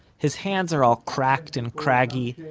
his hands are all cracked and craggy.